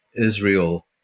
Israel